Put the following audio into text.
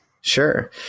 Sure